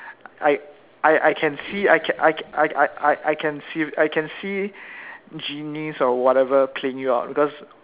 I I I can see I I I I can see I I I can see genies or whatever playing you out because